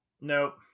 Nope